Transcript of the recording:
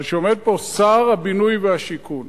אבל כשעומד פה שר הבינוי והשיכון